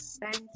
Thank